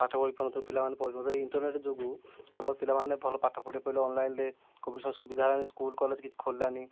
ପାଠ ପଢ଼ି ପାରୁନଥିଲୁ ପିଲାମାନେ ପଢ଼ୁନଥିଲେ ଇଣ୍ଟରନେଟ୍ ଯୋଗୁଁ ଆମର ପିଲାମାନେ ଭଲ ପାଠ ପଢ଼ି ପାଇଲେ ଅନଲାଇନ୍ରେ କୋଭିଡ଼୍ ସମୟରେ ସୁବିଧା ହେଲାନି ସ୍କୁଲ୍ କଲେଜ୍ କିଛି ଖୋଲିଲାନି